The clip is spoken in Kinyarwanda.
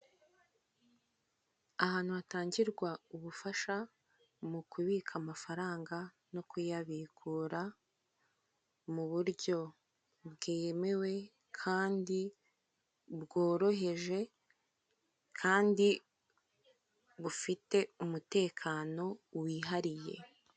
Ahantu hatangirwa ubufasha mu kubika amafaranga no kuyabikura mu buryo bwemewe kandi bworoheje kandi bufite umutekano wihariye.